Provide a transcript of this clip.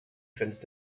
grenzt